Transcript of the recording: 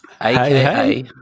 aka